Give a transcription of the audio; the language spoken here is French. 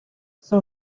son